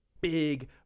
big